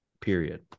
period